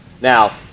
Now